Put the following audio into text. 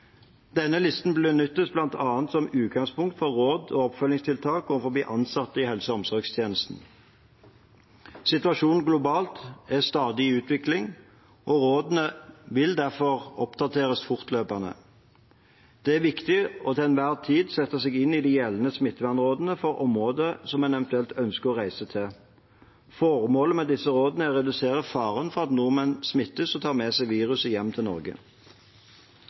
Denne listen benyttes bl.a. som utgangspunkt for råd og oppfølgingstiltak overfor ansatte i helse- og omsorgstjenesten. Situasjonen globalt er i stadig utvikling, og rådene vil derfor oppdateres fortløpende. Det er viktig til enhver tid å sette seg inn i de gjeldende smittevernrådene for området en eventuelt ønsker å reise til. Formålet med disse rådene er å redusere faren for at nordmenn smittes og tar med seg viruset hjem til Norge.